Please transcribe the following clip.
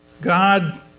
God